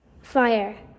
fire